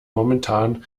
momentan